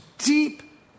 Deep